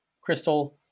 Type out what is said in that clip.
Crystal